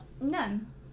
None